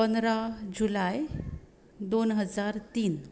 पंदरा जुलय दोन हजार तीन